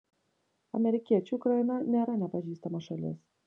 amerikiečiui ukraina nėra nepažįstama šalis